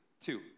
Two